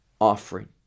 offering